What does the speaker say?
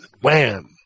Wham